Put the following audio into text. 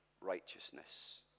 righteousness